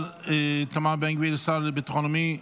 איתמר בן גביר, השר לביטחון לאומי.